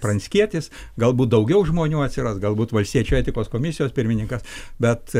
pranckietis galbūt daugiau žmonių atsiras galbūt valstiečių etikos komisijos pirmininkas bet